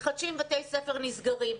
מתחדשים - בתי ספר נסגרים.